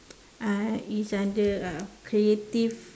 uh is under uh creative